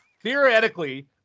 Theoretically